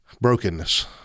Brokenness